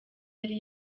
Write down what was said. yari